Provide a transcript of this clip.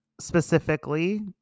specifically